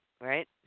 right